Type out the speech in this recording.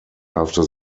after